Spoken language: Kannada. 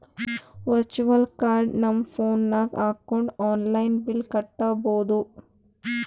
ವರ್ಚುವಲ್ ಕಾರ್ಡ್ ನಮ್ ಫೋನ್ ನಾಗ್ ಹಾಕೊಂಡ್ ಆನ್ಲೈನ್ ಬಿಲ್ ಕಟ್ಟಬೋದು